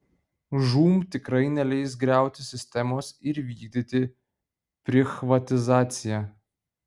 žūm tikrai neleis griauti sistemos ir vykdyti prichvatizaciją